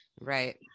right